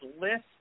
list